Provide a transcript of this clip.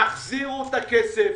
תחזירו את הכסף.